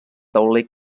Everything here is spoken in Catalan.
tauler